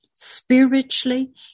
spiritually